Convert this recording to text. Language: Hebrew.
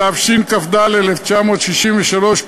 התשכ"ד 1963,